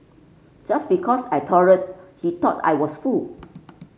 just because I tolerated he thought I was fool